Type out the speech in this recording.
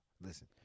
Listen